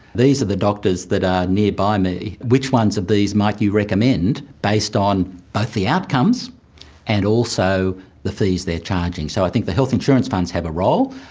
these are the doctors that are nearby me, which ones of these might you recommend based on both the outcomes and also the fees they are charging? so i think the health insurance funds have a role,